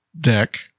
deck